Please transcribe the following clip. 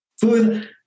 Food